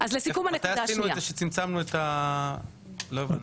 מתי עשינו את זה שצמצמנו, לא הבנתי?